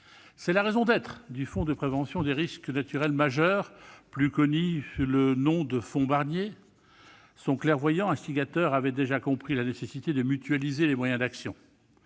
est la raison d'être du fonds de prévention des risques naturels majeurs, plus connu sous le nom de fonds Barnier. Son clairvoyant instigateur avait déjà compris la nécessité de mutualiser les moyens d'action.